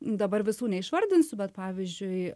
dabar visų neišvardinsiu bet pavyzdžiui